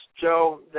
Joe